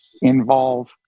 involve